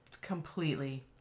Completely